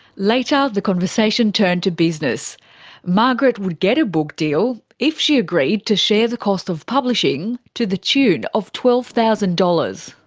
later, the conversation turned to business margaret would get a book deal if she agreed to share the cost of publishing, to the tune of twelve thousand dollars.